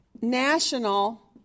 national